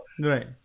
right